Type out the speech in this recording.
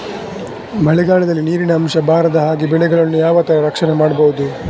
ಮಳೆಗಾಲದಲ್ಲಿ ನೀರಿನ ಅಂಶ ಬಾರದ ಹಾಗೆ ಬೆಳೆಗಳನ್ನು ಯಾವ ತರ ರಕ್ಷಣೆ ಮಾಡ್ಬಹುದು?